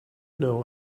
know